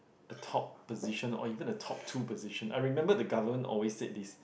a top position or even the top two position I remember the government always say this